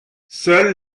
seuls